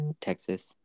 Texas